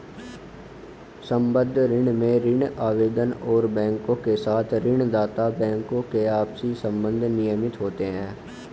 संबद्ध ऋण में ऋण आवेदक और बैंकों के तथा ऋण दाता बैंकों के आपसी संबंध नियमित होते हैं